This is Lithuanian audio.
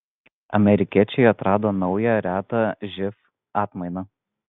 amerikiečiai atrado naują retą živ atmainą